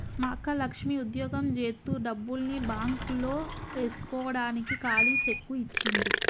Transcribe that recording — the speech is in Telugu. మా అక్క లక్ష్మి ఉద్యోగం జేత్తు డబ్బుల్ని బాంక్ లో ఏస్కోడానికి కాలీ సెక్కు ఇచ్చింది